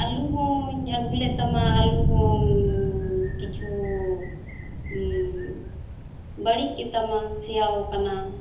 ᱟᱹᱞᱩ ᱦᱚᱸᱧ ᱟᱹᱜᱩ ᱞᱮᱫ ᱛᱟᱢᱟ ᱟᱹᱞᱩ ᱦᱚᱸ ᱠᱤᱪᱷᱩ ᱵᱟᱹᱲᱤᱡ ᱜᱮᱛᱟᱢᱟ ᱥᱮᱭᱟ ᱟᱠᱟᱱᱟ